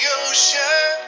ocean